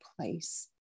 place